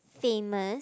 famous